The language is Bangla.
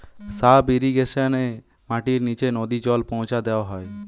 সাব ইর্রিগেশনে মাটির নিচে নদী জল পৌঁছা দেওয়া হয়